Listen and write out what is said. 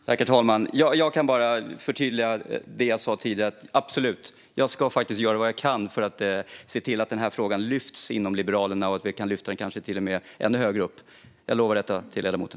Herr talman! Jag kan bara förtydliga vad jag sa tidigare. Jag ska absolut göra vad jag kan för att den frågan lyfts upp inom Liberalerna och kanske till och med ännu högre upp. Det lovar jag ledamoten.